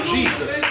Jesus